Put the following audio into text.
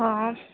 ହଁ